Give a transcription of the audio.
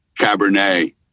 Cabernet